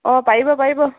অঁ পাৰিব পাৰিব